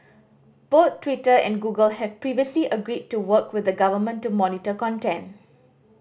both Twitter and Google have previously agreed to work with the government to monitor content